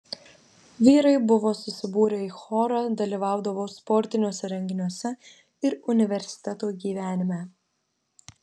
vyrai buvo susibūrę į chorą dalyvaudavo sportiniuose renginiuose ir universiteto gyvenime